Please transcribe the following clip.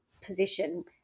position